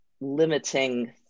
limiting